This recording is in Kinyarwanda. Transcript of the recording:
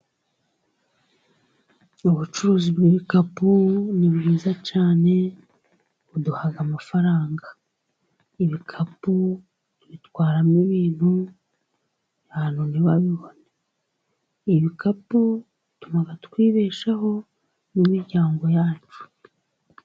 Ubucuruzi bw'ibikapu ni bwiza cyane buduha amafaranga, ibikapu tubitwaramo ibintu abantu ntibabibone, ibikapu bituma twibeshaho n'imiryango yacu.